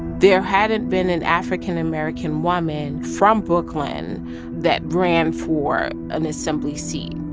there hadn't been an african american woman from brooklyn that ran for an assembly seat.